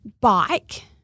bike